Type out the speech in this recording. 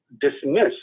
dismiss